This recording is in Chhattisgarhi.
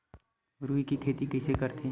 रुई के खेती कइसे करथे?